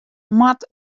moat